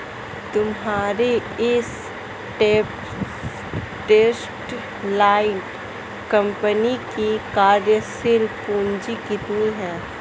तुम्हारी इस textile company की कार्यशील पूंजी कितनी है?